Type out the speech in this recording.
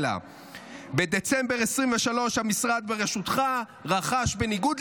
בדצמבר 2023 המשרד ברשותך רכש בניגוד